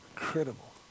Incredible